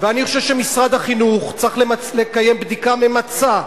ואני חושב שמשרד החינוך צריך לקיים בדיקה ממצה,